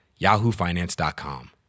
YahooFinance.com